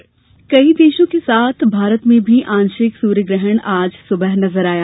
सूर्य ग्रहण कई देशों के साथ भारत में भी आंशिक सूर्य ग्रहण आज सुबह नज़र आया